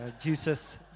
Jesus